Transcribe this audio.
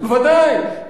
ודאי,